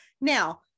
Now